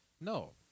No